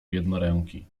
jednoręki